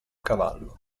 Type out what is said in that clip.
cavallo